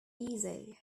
easy